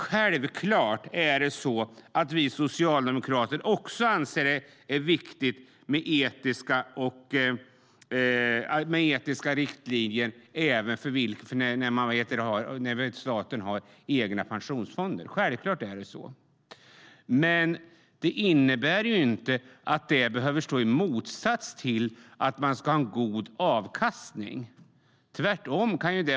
Självklart anser vi socialdemokrater också att det är viktigt med etiska riktlinjer även för statens egna pensionsfonder. Självklart är det så. Men det behöver inte stå i motsats till att ha god avkastning - tvärtom.